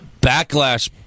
Backlash